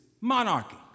monarchy